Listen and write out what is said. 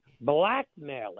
blackmailing